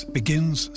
begins